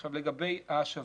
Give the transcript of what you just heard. עכשיו, לגבי ההשבה.